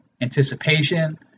Anticipation